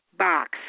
box